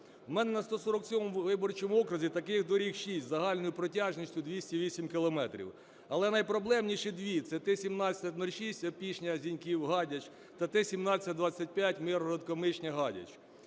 В мене на 147 виборчому окрузі таких доріг шість загальною протяжністю 208 кілометрів. Але найпроблемніші дві - це Т 1706 Опішня-Зіньків-Гадяч та Т 1725 Миргород-Комишня-Гадяч.